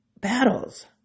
battles